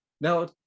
Now